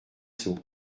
sceaux